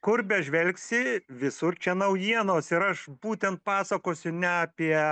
kur bežvelgsi visur čia naujienos ir aš būtent pasakosiu ne apie